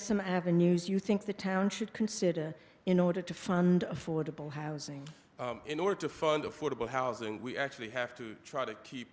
some avenues you think the town should consider in order to fund affordable housing in order to fund affordable housing we actually have to try to keep